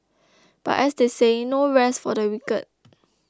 but as they say no rest for the wicked